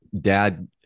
dad